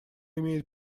имеет